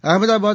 Ahmedabad